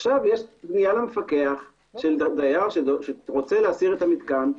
עכשיו יש תביעה למפקח של דייר שרוצה להסיר את המתקן.